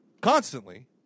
constantly